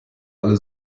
alle